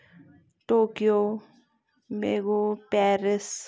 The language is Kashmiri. ٹوکیو بیٚیہِ گوو پیرِس